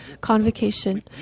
convocation